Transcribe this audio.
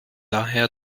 daher